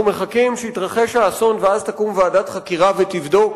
אנחנו מחכים שיתרחש האסון ואז תקום ועדת חקירה ותבדוק